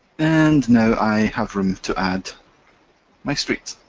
and now i have room to add my street.